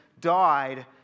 died